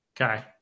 Okay